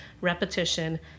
repetition